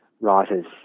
writers